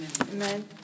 Amen